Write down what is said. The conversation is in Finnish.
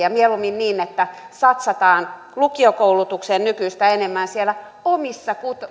ja mieluummin niin että satsataan lukiokoulutukseen nykyistä enemmän siellä omissa